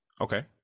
okay